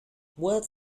words